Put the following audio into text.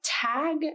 tag